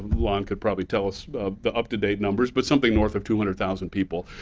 lon could probably tell us the up-to-date numbers, but something north of two hundred thousand people.